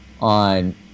on